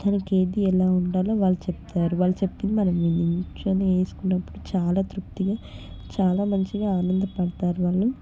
మనకేది ఎలా ఉండాలో వాళ్ళు చెప్తారు వాళ్ళు చెప్పింది మనం వినుకొని వేసుకున్నపుడు చాలా తృప్తిగా చాలా మంచిగా ఆనందపడతారు వాళ్ళు